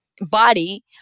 body